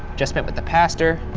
just met with the pastor.